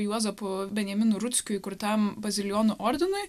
juozapu benjaminu rutskiu įkurtam bazilijonų ordinui